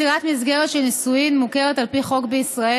יצירת מסגרת של נישואין מוכרת על פי חוק בישראל